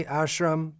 ashram